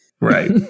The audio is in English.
Right